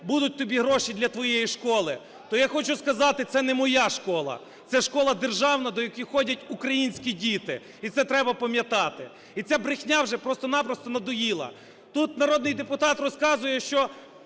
будуть тобі гроші для твоєї школи. То, я хочу сказати, це не моя школа, це школа державна, до якої ходять українські діти. І це треба пам'ятати. І ця брехня вже, просто-напросто, надоїла. Тут народний депутат розказує, що